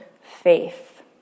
Faith